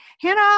Hannah